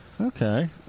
Okay